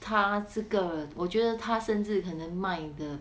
他这个我觉得他甚至可能卖的